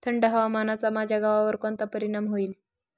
थंड हवामानाचा माझ्या गव्हावर कोणता परिणाम होईल?